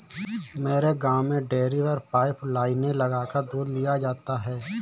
मेरे गांव में डेरी पर पाइप लाइने लगाकर दूध लिया जाता है